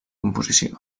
composició